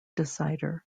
decider